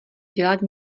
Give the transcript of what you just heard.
dělat